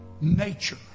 nature